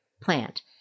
plant